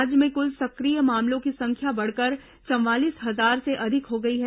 राज्य में कुल सक्रिय मामलों की संख्या बढ़कर चवालीस हजार से अधिक हो गई है